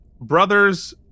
brothers